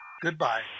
Goodbye